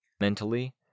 Mentally